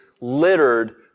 littered